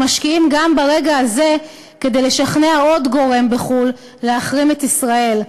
משקיעים גם ברגע הזה כדי לשכנע עוד גורם בחו"ל להחרים את ישראל.